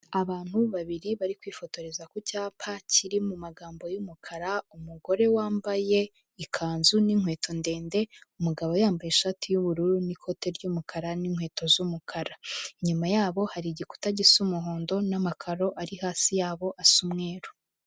Abantu babiri bari kwifotoreza ku cyapa kiri mu magambo y'umukara, umugore wambaye ikanzu n'inkweto ndende, umugabo yambaye ishati y'ubururu n'ikote ry'umukara n'inkweto z'umukara, inyuma yabo hari igikuta gisa umuhondo n'amakaro ari hasi yabo asa umweru.